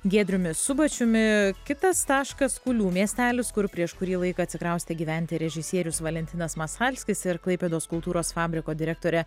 giedriumi subačiumi kitas taškas kulių miestelis kur prieš kurį laiką atsikraustė gyventi režisierius valentinas masalskis ir klaipėdos kultūros fabriko direktorė